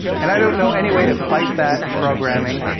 and i don't know any way to fight that programming,